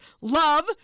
love